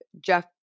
Jeff